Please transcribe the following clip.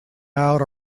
out